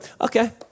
okay